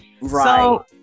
Right